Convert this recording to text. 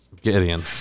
Gideon